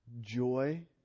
joy